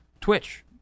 Twitch